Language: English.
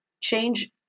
change